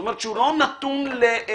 כלומר הוא לא נתון לגחמות